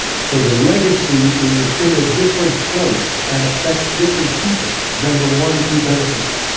so the legacy is in a different place and affects different people than the ones who benefited.